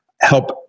help